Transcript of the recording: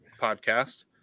podcast